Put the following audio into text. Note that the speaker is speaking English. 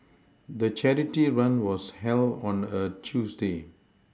the charity run was held on a Tuesday